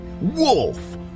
Wolf